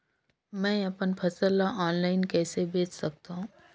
मैं अपन फसल ल ऑनलाइन कइसे बेच सकथव?